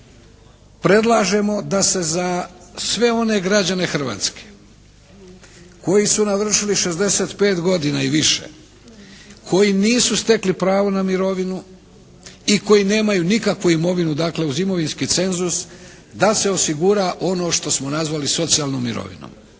predlažemo da se za sve one građane Hrvatske koji su navršili 65 godina i više, koji nisu stekli pravo na mirovinu i koji nemaju nikakvu imovinu dakle uz imovinski cenzus da se osigura ono što smo nazvali socijalnom mirovinom.